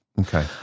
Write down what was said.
Okay